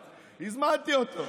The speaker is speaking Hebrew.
הזמנתי אותו.